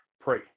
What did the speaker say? pray